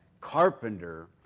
carpenter